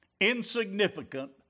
insignificant